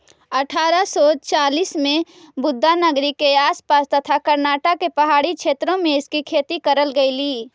अठारा सौ चालीस में बुदानगिरी के आस पास तथा कर्नाटक के पहाड़ी क्षेत्रों में इसकी खेती करल गेलई